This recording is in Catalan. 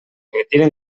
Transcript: retiren